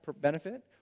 benefit